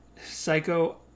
Psycho